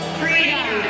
freedom